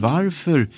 Varför